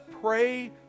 pray